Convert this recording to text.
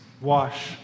wash